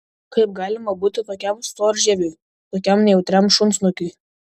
kaip galima būti tokiam storžieviui tokiam nejautriam šunsnukiui